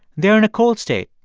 they're in a cold state,